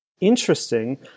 interesting